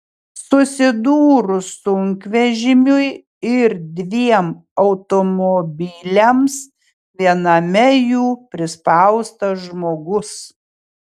susidūrus sunkvežimiui ir dviem automobiliams viename jų prispaustas žmogus